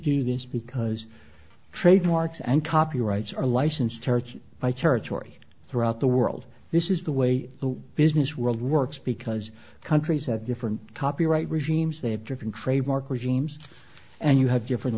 do this because trademarks and copyrights are licensed church by territory throughout the world this is the way the business world works because countries have different copyright regimes they have different trademark regimes and you have different